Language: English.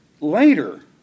later